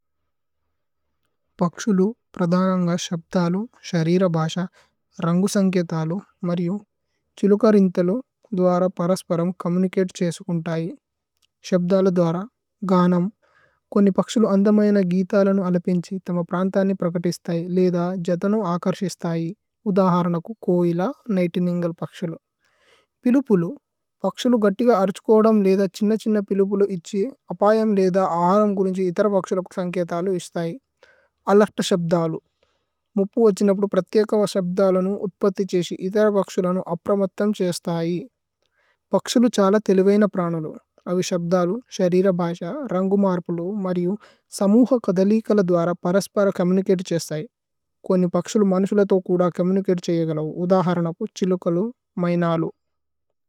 പക്ശുലു പ്രധനന്ഗ ശബ്ദലു। ശരിരഭസ രന്ഗുസന്കേതലു മര്യു। ഛിലുകരിന്തലു ദുവര പരസ്പരമ്। ചോമ്മുനിചതേ ഛേസുകുന്തൈ ശബ്ദല। ദുവര ഗാനമ് കോനി പക്ശുലു। അന്ദമയന ഗീഥലനു അലപിന്ഛി। ഥമ്മ പ്രന്ഥനി പ്രകതിസ്തൈ ലേദ। ജഥനു ആകര്സിസ്തൈ ഉദഹരനകു। കോഇല നിഘ്തിന്ഗല് പക്ശലു പിലുപുലു। പക്ശുലു ഗത്തിഗ അര്ഛുകോദമ് ലേദ। ഛിന്ന ഛിന്ന പിലുപുലു ഇച്ഛി അപയമ്। ലേദ ആരമ് ഗുനുന്ഛി ഇഥര പക്ശലകു। സന്കേതലു ഇസ്ഥൈ അലേര്ത് ശബ്ദലു മുപ്പു। ഉഛിനപുദു പ്രതേകവ ശബ്ദലനു। ഉത്പത്തി ഛേശി ഇഥര പക്ശലനു। അപ്രമത്തമ് ഛേസ്ഥൈ പക്ശുലു ഛല। തേലിവൈന പ്രനുലു അവേ ശബ്ദലു। ശരിരഭസ രന്ഗുമര്പുലു മര്യു। സമുഹകദലികല ദുവര പരസ്പരമ്। ചോമ്മുനിചതേ ഛേസ്ഥൈ കോനി പക്ശുലു। മനുസുല തോ കുദ ചോമ്മുനിചതേ। ഛേയഗലൌ ഉദഹരനകു ഛിലുകലു മൈനലു।